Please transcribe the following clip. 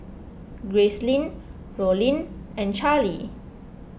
Gracelyn Rollin and Charlee